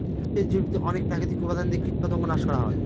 চাষের জমিতে অনেক প্রাকৃতিক উপাদান দিয়ে কীটপতঙ্গ নাশ করা হয়